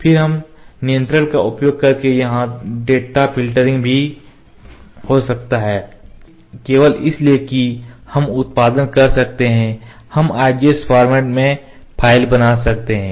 फिर इस नियंत्रक का उपयोग करके यहां डेटा फ़िल्टरिंग भी हो सकता है केवल इसलिए कि हम उत्पादन कर सकते हैं हम IGS फॉर्मेट format प्रारूप में फ़ाइल बना सकते हैं